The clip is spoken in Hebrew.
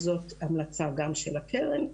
אז זו גם המלצה של הקרן.